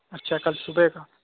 اچھا کل صُبح کا